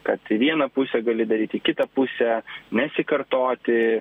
kad į vieną pusę gali daryt į kitą pusę nesikartoti